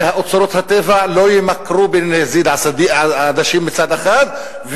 שאוצרות הטבע לא יימכרו בנזיד עדשים מצד אחד,